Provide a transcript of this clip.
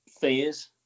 fears